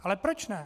Ale proč ne?